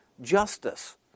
justice